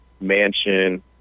mansion